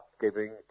giving